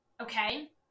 Okay